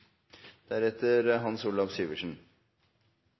sammen. Hans Olav Syversen